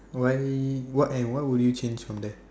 why why what and why would you change from there